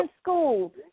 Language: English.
school